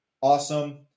awesome